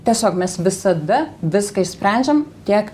tiesiog mes visada viską išsprendžiam tiek